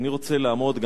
ואני רוצה לעמוד,